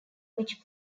which